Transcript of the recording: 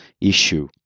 issue